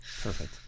Perfect